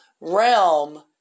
realm